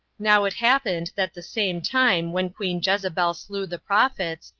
now it happened that the same time when queen jezebel slew the prophets,